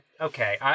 Okay